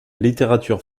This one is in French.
littérature